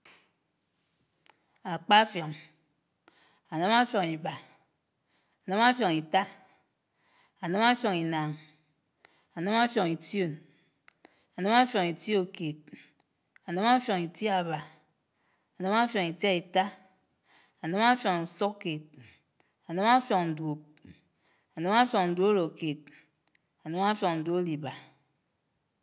Ákp'áffióñ, ánámá áffióñ íbá, ánámá áffióñ ítá, ánámá áffióñ ínáñ, ánámá áffióñ itiòn, ánámá áffióñ ítiòkéd, ánámá áffióñ ítiábá, ánámá áffióñ ítiáítá, ánámá áffióñ usukéd, ánámá áffióñ duob, ánámá áffióñ duorókéd, ánámá áffióñ duolíbá.